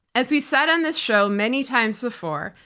as we said on this show many times before,